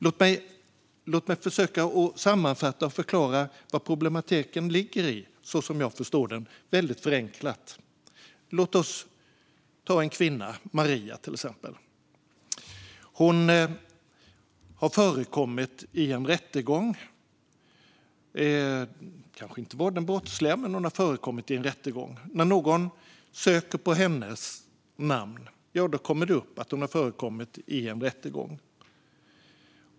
Låt mig försöka sammanfatta och förklara vari problematiken ligger, så som jag förstår den, väldigt förenklat. Låt oss ta en kvinna, Maria, som exempel. Hon har förekommit i en rättegång. Hon kanske inte var den brottsliga, men hon har ändå förekommit i en rättegång. När någon söker på hennes namn kommer det upp att hon har förekommit i en rättegång.